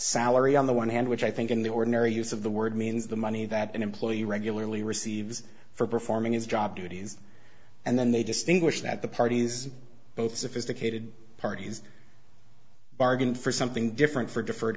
salary on the one hand which i think in the ordinary use of the word means the money that an employee regularly receives for performing his job duties and then they distinguish that the parties both sophisticated parties bargain for something different for defer